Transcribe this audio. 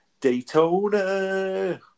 Daytona